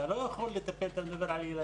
אתה לא יכול לטפל בילדים,